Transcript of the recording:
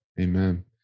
Amen